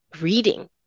reading